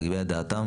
להביע את דעתם.